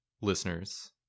listeners